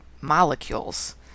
molecules